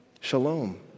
shalom